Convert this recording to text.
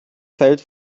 fällt